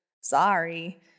Sorry